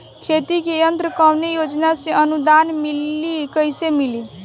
खेती के यंत्र कवने योजना से अनुदान मिली कैसे मिली?